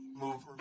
move